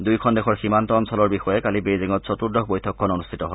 দুয়োখন দেশৰ সীমান্ত অঞ্চলৰ বিষয়ে কালি বেইজিঙত চতুৰ্দশ বৈঠকখন অনুষ্ঠিত হয়